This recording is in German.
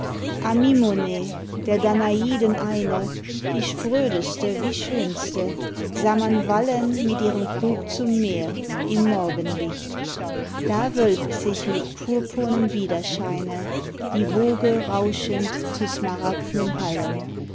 amymone der danaden eine die sprödeste wie schönste sah man wallen mit ihrem krug zum meer im morgenlicht da wölbt sich mit purpurnem wiederscheine die woge rauschend zu smaragd'nen hallen